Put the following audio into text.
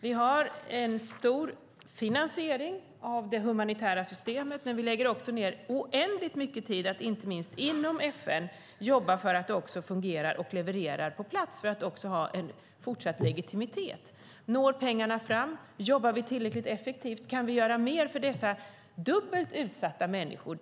Vi har en stor finansiering av det humanitära systemet, men vi lägger också ned oändligt mycket tid på att inte minst inom FN jobba på plats för att se till att biståndet fungerar och att det har fortsatt legitimitet. Når pengarna fram? Jobbar vi tillräckligt effektivt? Kan vi göra mer för dessa dubbelt utsatta människor?